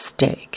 mistake